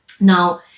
Now